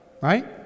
right